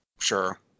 sure